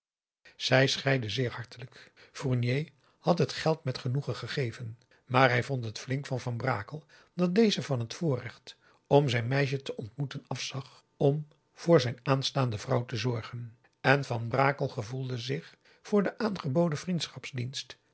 zij scheidden zeer hartelijk fournier had t geld met genoegen gegeven maar hij vond het flink van van brakel dat deze van het voorrecht om zijn meisje te ontmoeten afzag om voor zijn aanstaande vrouw te zorgen en van brakel gevoelde zich voor den aangeboden